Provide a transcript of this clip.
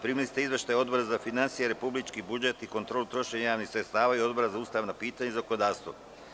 Primili ste izveštaje Odbora za finansije, republički budžet i kontrolu trošenja javnih sredstava i Odbora za ustavna pitanja i zakonodavstvo.